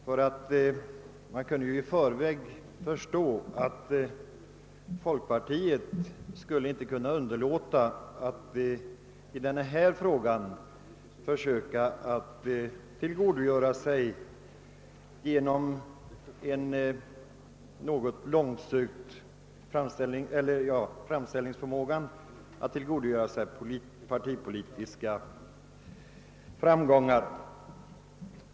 Man kunde nämligen i förväg räkna ut att folkpartiet inte skulle kunna underlåta att i denna fråga begagna sig av sin förmåga att tillskriva sig partipolitiska framgångar.